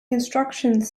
instructions